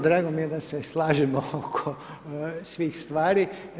Drago mi je da se slažemo oko svih stvari.